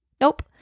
Nope